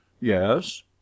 Yes